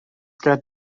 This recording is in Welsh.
gen